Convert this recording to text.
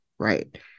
Right